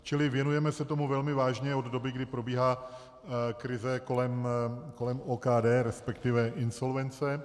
Čili věnujeme se tomu velmi vážně od doby, kdy probíhá krize kolem OKD, resp. insolvence.